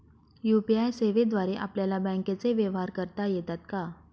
UPI सेवेद्वारे आपल्याला बँकचे व्यवहार करता येतात का?